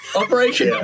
operation